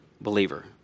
believer